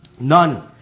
none